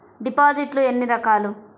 డిపాజిట్లు ఎన్ని రకాలు?